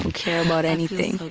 and care about anything!